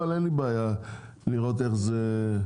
אבל אין לי בעיה לראות איך זה מתקדם.